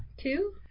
Two